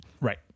Right